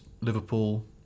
Liverpool